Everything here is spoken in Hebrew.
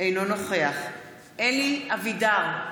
אינו נוכח אלי אבידר,